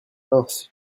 mince